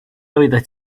oeddet